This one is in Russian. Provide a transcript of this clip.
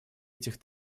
этих